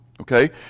okay